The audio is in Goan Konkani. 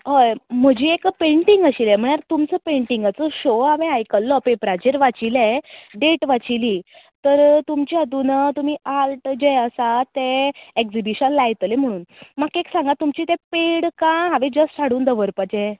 हय म्हजी एक पेण्टींग आशिल्ले म्हळ्यार तुमचो पेण्टिंगाचो शॉ हांवें आयकल्लो पेपराचेर वाचिल्लें डॅट वाचिल्ली तर तुमच्या हातून तुमी आर्ट जे आसा ते एग्जिबिशन लायतले म्हणून म्हाका एक सांगात तुमचे ते पैड कांय हांवें जस्ट हाडून दवरपाचें